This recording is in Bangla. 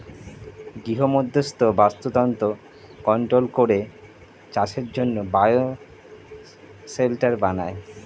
গৃহমধ্যস্থ বাস্তুতন্ত্র কন্ট্রোল করে চাষের জন্যে বায়ো শেল্টার বানায়